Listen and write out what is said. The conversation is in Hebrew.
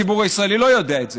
הציבור הישראלי לא יודע את זה,